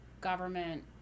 government